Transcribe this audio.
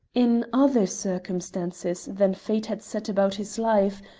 in other circumstances than fate had set about his life,